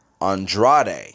Andrade